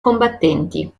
combattenti